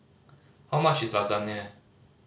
how much is Lasagne